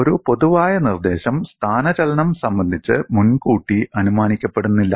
ഒരു പൊതുവായ നിർദ്ദേശം സ്ഥാനചലനം സംബന്ധിച്ച് മുൻകൂട്ടി അനുമാനിക്കപ്പെടുന്നില്ല